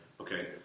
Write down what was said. okay